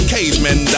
Cavemen